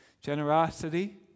Generosity